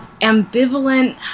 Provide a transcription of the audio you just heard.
ambivalent